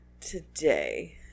Today